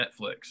Netflix